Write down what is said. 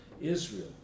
Israel